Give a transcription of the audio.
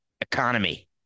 Economy